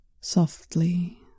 softly